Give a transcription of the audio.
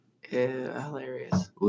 Hilarious